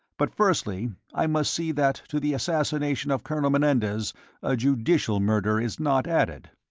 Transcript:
but, firstly, i must see that to the assassination of colonel menendez a judicial murder is not added.